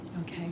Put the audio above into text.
Okay